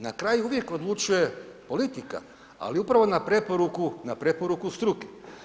Na kraju uvijek odlučuje politika, ali upravo na preporuku, na preporuku struke.